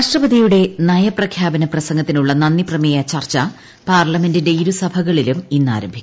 രാഷ്ട്രപതിയുടെ നയപ്രഖ്യാപന പ്രസംഗത്തിനുള്ള നന്ദിപ്രമേയ ചർച്ച പാർലമെന്റിന്റെ ഇരുസഭകളിലും ഇന്ന് ആരംഭിക്കും